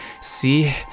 see